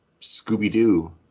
Scooby-Doo